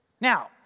Now